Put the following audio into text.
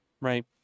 right